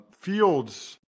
Fields